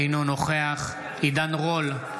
אינו נוכח עידן רול,